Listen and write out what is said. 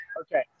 okay